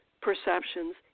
perceptions